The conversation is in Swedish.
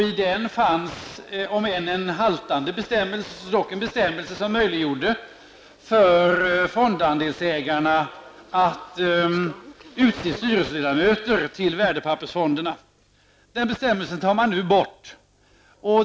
I den fanns en, om än haltande bestämmelse, så dock en bestämmelse som möjliggjorde för fondandelsägarna att utse styrelseledamöter till värdepappersfonderna. Den bestämmelsen tar man nu bort.